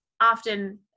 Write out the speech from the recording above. often